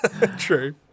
True